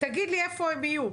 תגיד לי איפה הן יהיו.